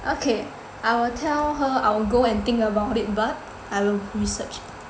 okay I will tell her I will go and think about it but I will research